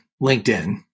LinkedIn